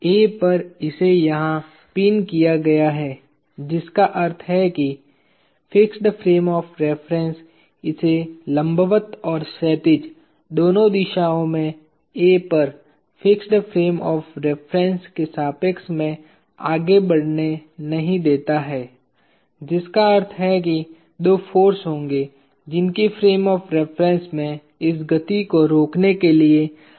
A पर इसे यहां पिन किया गया है जिसका अर्थ है कि फिक्स्ड फ्रेम ऑफ़ रिफरेन्स इसे लंबवत और क्षैतिज दोनों दिशाओं में A पर फिक्स्ड फ्रेम ऑफ़ रिफरेन्स के सापेक्ष में आगे बढ़ने नहीं देता है जिसका अर्थ है कि दो फाॅर्स होंगे जिनकी फ्रेम ऑफ़ रिफरेन्स में इस गति को रोकने के लिए आवश्यकता होगी